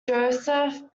joseph